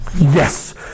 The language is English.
Yes